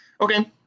Okay